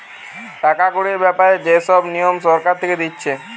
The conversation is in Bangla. টাকা কড়ির ব্যাপারে যে সব নিয়ম সরকার থেকে দিতেছে